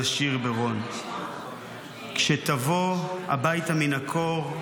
נשיר ברון // כשתבוא הביתה מן הקור,